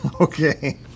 Okay